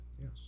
Yes